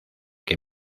que